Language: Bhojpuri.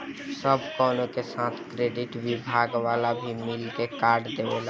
सब कवनो के साथ क्रेडिट विभाग वाला भी मिल के कार्ड देवेला